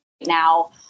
now